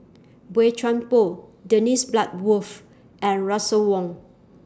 Boey Chuan Poh Dennis Bloodworth and Russel Wong